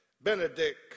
Benedict